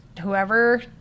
whoever